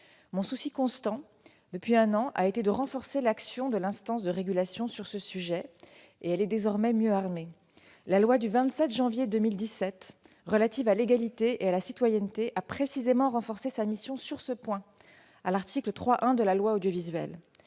Mon souci constant, depuis un an, a été de renforcer l'action de l'instance de régulation sur ce sujet, et elle est désormais mieux armée. La loi du 27 janvier 2017 relative à l'égalité et à la citoyenneté a précisément renforcé sa mission sur ce point, en modifiant l'article 3-1. Désormais, la